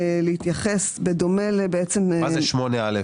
בהערה להתייחס בדומה --- מה זה 8א?